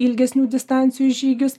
ilgesnių distancijų žygius